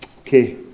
Okay